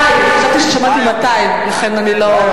די, חשבתי ששמעתי 200, לכן אני לא,